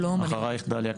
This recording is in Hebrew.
שלום, אני